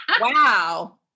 Wow